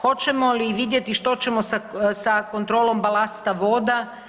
Hoćemo li vidjeti što ćemo sa kontrolom balasta voda?